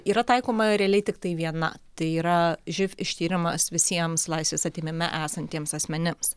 yra taikoma realiai tiktai viena tai yra živ ištyrimas visiems laisvės atėmime esantiems asmenims